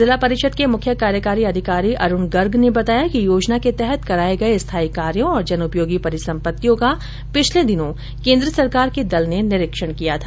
जिला परिषद के मुख्य कार्यकारी अधिकारी अरुण गर्ग ने बताया कि योजना के तहत कराए गए स्थाई कार्यो और जनोपयोगी परिसंपत्तियों का पिछले दिनों केंद्र सरकार के दल ने निरीक्षण किया था